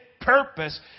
purpose